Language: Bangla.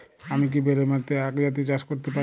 আমি কি বেলে মাটিতে আক জাতীয় চাষ করতে পারি?